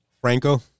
Franco